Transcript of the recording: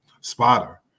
spotter